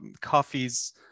coffee's